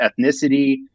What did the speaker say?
ethnicity